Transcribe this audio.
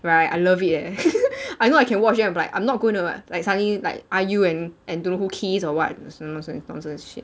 right I love it eh I know I can watch then I'm like I'm not going to like suddenly like IU and and don't know who kiss or what nonsense shit